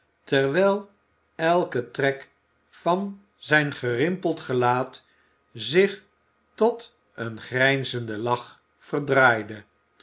terwijl elke trek van zijn gerimpeld gein het huis van den minzamen ouden heer laat zich tot een grijzenden lach verdraaide